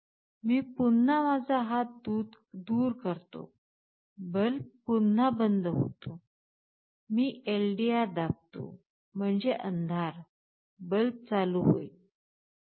मी पुन्हा माझा हात दूर करतो बल्ब पुन्हा बंद होतो मी एलडीआर दाबतो म्हणजे अंधार बल्ब चालू होईल